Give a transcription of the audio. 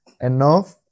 enough